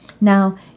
Now